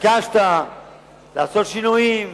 ביקשת לעשות שינויים,